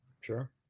sure